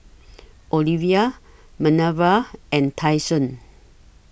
Olivia Manerva and Tyson